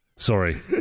Sorry